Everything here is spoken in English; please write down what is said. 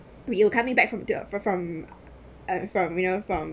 will you coming back from the fr~ from uh from you know from